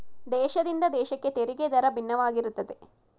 ದೇಶದಿಂದ ದೇಶಕ್ಕೆ ತೆರಿಗೆ ದರ ಭಿನ್ನವಾಗಿರುತ್ತದೆ